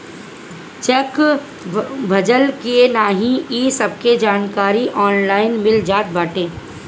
check भजल की नाही इ सबके जानकारी ऑनलाइन मिल जात बाटे